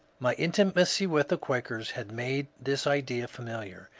my intimacy with the quakers had made this idea f amiliar,